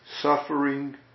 Suffering